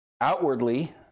outwardly